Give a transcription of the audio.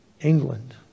England